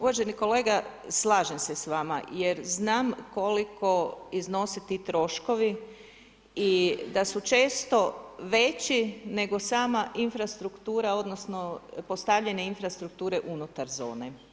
Uvaženi kolega, slažem se s vama jer znam koliko iznose ti troškovi i da su često veći nego sama infrastruktura odnosno postavljanje infrastrukture unutar zone.